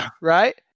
right